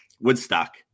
Woodstock